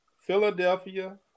Philadelphia